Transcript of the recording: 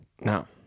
No